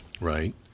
Right